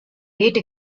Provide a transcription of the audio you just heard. rate